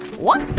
walk,